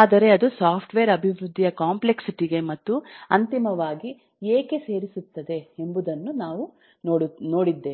ಆದರೆ ಅದು ಸಾಫ್ಟ್ವೇರ್ ಅಭಿವೃದ್ಧಿಯ ಕಾಂಪ್ಲೆಕ್ಸಿಟಿ ಗೆ ಮತ್ತು ಅಂತಿಮವಾಗಿ ಏಕೆ ಸೇರಿಸುತ್ತದೆ ಎಂಬುದನ್ನು ನಾವು ನೋಡಿದ್ದೇವೆ